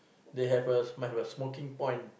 they have a might have a smoking point